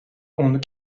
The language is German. und